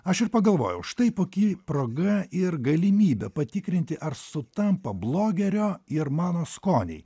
aš ir pagalvojau štai puki proga ir galimybė patikrinti ar sutampa blogerio ir mano skoniai